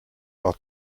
are